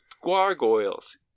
gargoyles